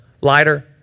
lighter